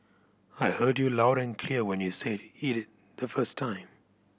I heard you loud and clear when you said it the first time